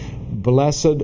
Blessed